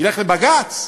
ילך לבג"ץ?